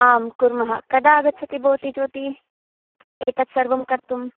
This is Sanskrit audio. आम् कुर्मः कदा आगच्छति भवती ज्योती एतद् सर्वं कर्तुम्